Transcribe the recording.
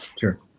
sure